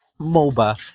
moba